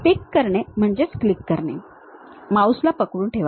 पिक करणे म्हणजेच क्लिक करणे माउस ला पकडून ठेवा